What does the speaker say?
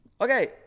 Okay